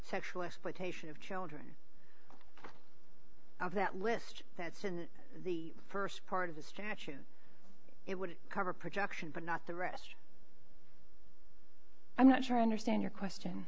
sexual exploitation of children of that list that's in the st part of the statute it would cover projection but not the rest i'm not sure i understand your question